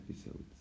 episodes